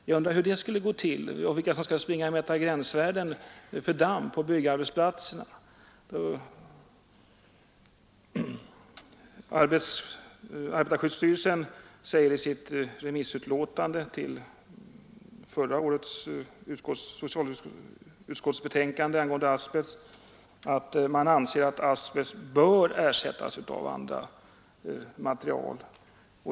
Jag undrar vilka som skulle springa och mäta gränsvärden för damm på byggarbetsplatserna. Arbetarskyddsstyrelsen säger i sitt remissutlåtande till förra årets betänkande från socialutskottet angående asbest att man anser att asbest bör ersättas av andra material.